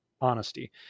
honesty